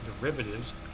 derivatives